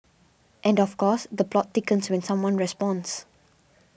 and of course the plot thickens when someone responds